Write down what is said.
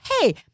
Hey